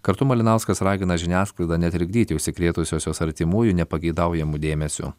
kartu malinauskas ragina žiniasklaidą netrikdyti užsikrėtusiosios artimųjų nepageidaujamu dėmesiu